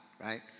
right